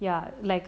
ya like